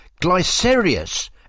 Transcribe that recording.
Glycerius